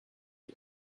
you